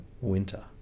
winter